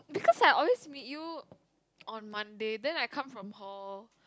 because I always with you on Monday then I come from hall